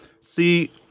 See